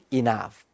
enough